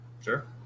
Sure